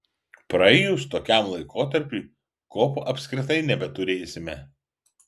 praėjus tokiam laikotarpiui kopų apskritai nebeturėsime